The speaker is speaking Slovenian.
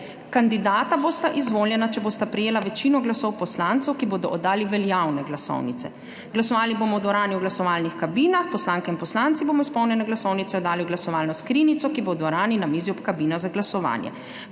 Kandidata bosta izvoljena, če bosta prejela večino glasov poslancev, ki bodo oddali veljavne glasovnice. Glasovali bomo v dvorani v glasovalnih kabinah. Poslanke in poslanci bomo izpolnjene glasovnice oddali v glasovalno skrinjico, ki bo v dvorani na mizi ob kabinah za glasovanje.